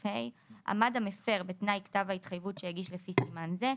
26כההשבת העירבון עמד המפר בתנאי כתב ההתחייבות שהגיש לפי סימן זה,